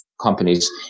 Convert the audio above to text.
companies